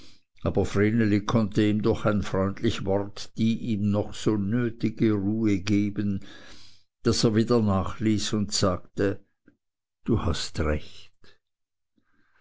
aber vreneli konnte ihm durch ein freundlich wort die ihm noch so nötige ruhe geben daß er wieder nachließ und sagte du hast recht